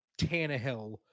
Tannehill